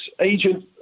agent